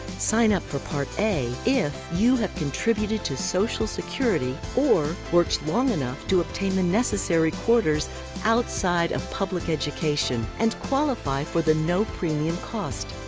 sign up for part a if you have contributed to social security or worked long enough to obtain the necessary quarters outside of public education and qualify for the no premium cost.